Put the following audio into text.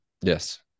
Yes